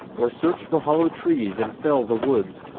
or search for hollow trees, and fell the woods,